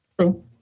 True